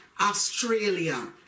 Australia